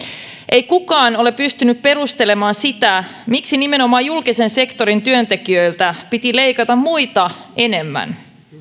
ei kukaan ole pystynyt perustelemaan sitä miksi nimenomaan julkisen sektorin työntekijöiltä piti leikata muita enemmän